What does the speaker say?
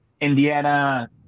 Indiana